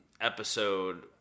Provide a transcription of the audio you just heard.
episode